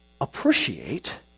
appreciate